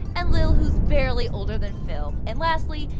and lil, who's barely older than phil. and lastly,